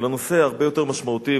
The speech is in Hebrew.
אבל הנושא הרבה יותר משמעותי,